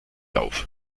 auf